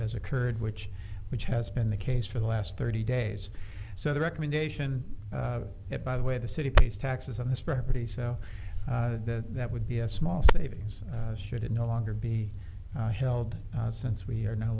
has occurred which which has been the case for the last thirty days so the recommendation by the way the city pays taxes on this property so that that would be a small savings should it no longer be held since we are no